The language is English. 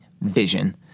vision